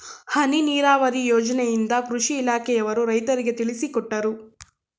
ಹನಿ ನೀರಾವರಿ ಯೋಜನೆಯಿಂದ ಕೃಷಿ ಇಲಾಖೆಯವರು ರೈತರಿಗೆ ತಿಳಿಸಿಕೊಟ್ಟರು